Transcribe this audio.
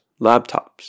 laptops